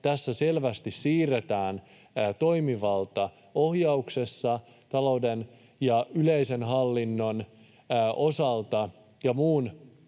Tässä selvästi siirretään toimivaltaa ohjauksessa talouden ja yleisen hallinnon osalta ja muun